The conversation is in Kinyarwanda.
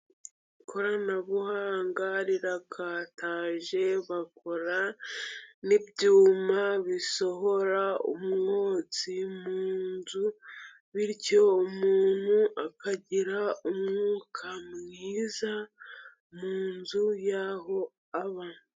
Ikoranabuhanga rirakataje, bakora n'ibyuma bisohora umwotsi mu nzu, bityo umuntu akagira umwuka mwiza mu nzu yaho aba.